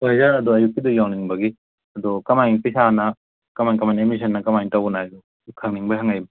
ꯍꯣꯏ ꯌꯥꯔꯗꯤ ꯑꯌꯨꯛꯀꯤꯗꯣ ꯌꯥꯎꯅꯤꯡꯕꯒꯤ ꯑꯗꯣ ꯀꯃꯥꯏꯅ ꯄꯩꯁꯥꯅ ꯀꯃꯥꯏ ꯀꯃꯥꯏꯅ ꯑꯦꯗꯃꯤꯁꯟꯅ ꯀꯃꯥꯏꯅ ꯇꯧꯕꯅꯣ ꯍꯥꯏꯕꯗꯨ ꯈꯪꯅꯤꯡꯕꯩ ꯍꯪꯉꯛꯏꯅꯤ